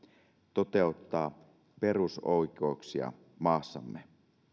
toteuttaa perusoikeuksia maassamme